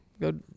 go